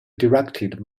directed